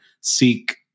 seek